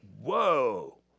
whoa